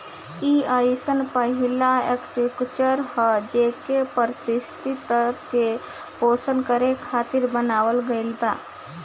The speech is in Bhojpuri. इ अइसन पहिला आर्कीटेक्चर ह जेइके पारिस्थिति तंत्र के पोषण करे खातिर बनावल गईल बा